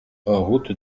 route